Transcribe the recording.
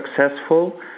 successful